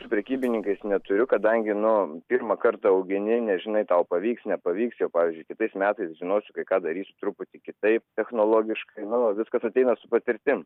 su prekybininkais neturiu kadangi nu pirmą kartą augini nežinai tau pavyks nepavyks jao pavyzdžiui kitais metais žinosiu ką darysiu truputį kitaip technologiškai na o viskas ateina su patirtim